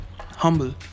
humble